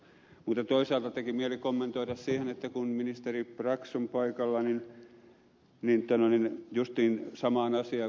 mutta toisaalta teki mieli kommentoida kun ministeri brax on paikalla justiin samaan asiaan kuin ed